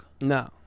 No